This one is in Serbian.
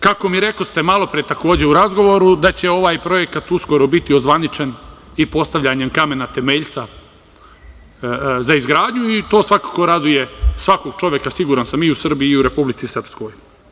Kako mi rekoste malo pre, takođe u razgovoru da će ovaj projekat uskoro biti ozvaničen i postavljanjem kamena temeljca za izgradnju i to svakako raduje svakog čoveka, siguran sam i u Srbiji i u Republici Srpskoj.